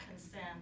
consent